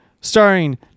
Starring